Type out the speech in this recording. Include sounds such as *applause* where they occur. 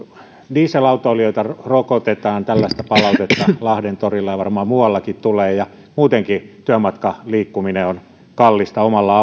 dieselautoilijoita rokotetaan tällaista palautetta lahden torilla ja varmaan muuallakin tulee ja muutenkin työmatkaliikkuminen on kallista omalla *unintelligible*